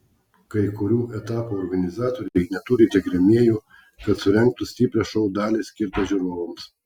kai kurių etapų organizatoriai neturi tiek rėmėjų kad surengtų stiprią šou dalį skirtą žiūrovams